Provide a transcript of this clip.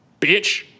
Bitch